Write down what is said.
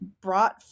brought